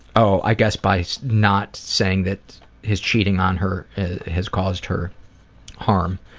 oh, i guess by not saying that his cheating on her has caused her harm.